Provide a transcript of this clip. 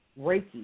Reiki